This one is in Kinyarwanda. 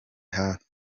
hafi